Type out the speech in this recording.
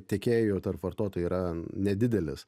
tiekėjų tarp vartotojų yra nedidelis